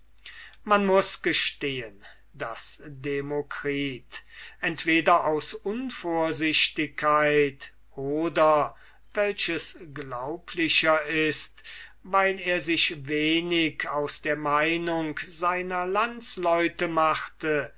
man muß gestehen daß demokritus entweder aus unvorsichtigkeit oder welches glaublicher ist weil er sich wenig aus der meinung seiner landsleute machte